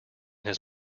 his